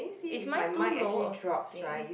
is mine too low or something